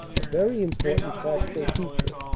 a very important tactical feature,